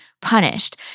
punished